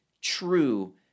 true